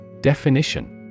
Definition